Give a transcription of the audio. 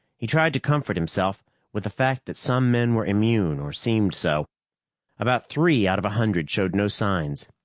he tried to comfort himself with the fact that some men were immune, or seemed so about three out of a hundred showed no signs.